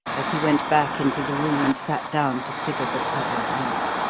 as he went back into the room and sat down to figure the puzzle out.